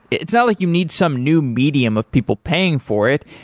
it's not like you need some new medium of people paying for it,